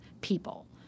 people